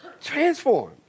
Transform